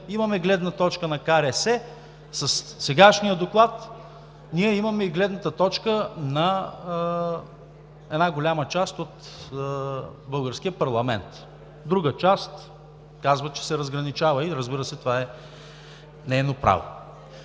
имаме гледна точка на КРС. Със сегашния доклад ние имаме и гледната точка на една голяма част от българския парламент. Друга част казва, че се разграничава и, разбира се, това е нейно право.